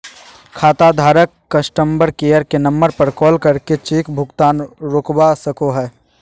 खाताधारक customer care के number पर कॉल करके चेक भुगतान रोकवा सको हय